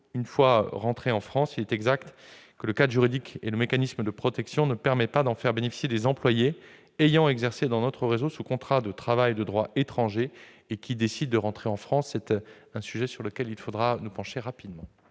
qui rentrent en France, il est exact que le cadre juridique de ce mécanisme de protection ne permet pas d'en faire bénéficier les employés ayant exercé dans notre réseau sous contrat de travail de droit étranger et décidant de rentrer en France. Il s'agit d'un sujet sur lequel nous devrons nous pencher rapidement.